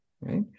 Right